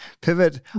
Pivot